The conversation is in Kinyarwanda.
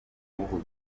w’ubuzima